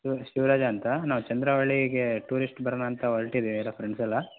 ಶಿವ್ ಶಿವರಾಜ ಅಂತ ನಾವು ಚಂದ್ರವಳ್ಳಿಗೆ ಟೂರಿಸ್ಟ್ ಬರೋಣ ಅಂತ ಹೊರ್ಟಿದಿವಿ ಎಲ್ಲ ಫ್ರೆಂಡ್ಸ್ ಎಲ್ಲ